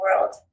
world